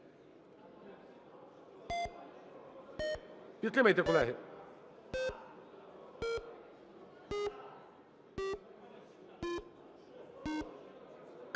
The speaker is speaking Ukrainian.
Дякую.